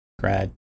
grad